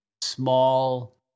small